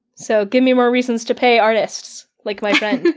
so give me more reasons to pay artists like my friend.